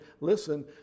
Listen